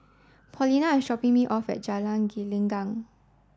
Paulina is shopping me off at Jalan Gelenggang